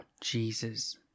Jesus